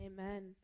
Amen